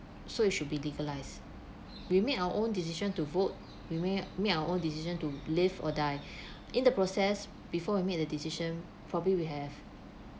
so it should be legalised we made our own decision to vote we ma~ we make our own decision to live or die in the process before we made the decision probably we have